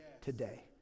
today